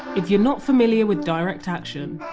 if you're not familiar with direct action,